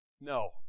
No